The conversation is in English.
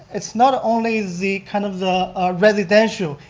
it's not only the kind of the residential,